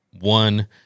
one